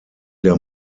der